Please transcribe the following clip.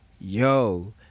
yo